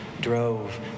drove